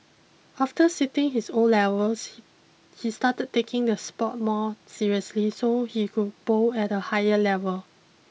after sitting his O levels he started taking the sport more seriously so he could bowl at a higher level